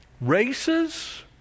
races